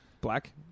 Black